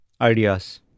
ideas